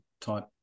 type